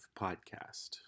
podcast